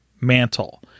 mantle